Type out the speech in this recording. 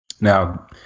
Now